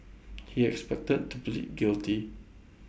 he expected to plead guilty